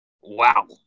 wow